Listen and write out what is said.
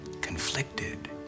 conflicted